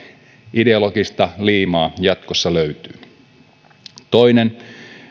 ideologista liimaa jatkossa löytyy toinen